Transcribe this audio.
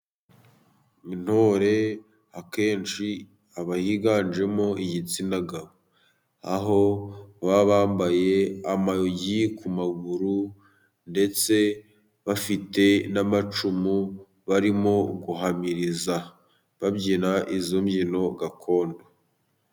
Intore akenshi aba yiganjemo igitsina gabo, aho baba bambaye amayugi ku maguru, ndetse bafite n'amacumu barimo guhamiriza, babyina izo mbyino gakondo.